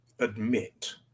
admit